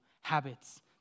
habits